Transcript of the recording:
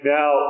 Now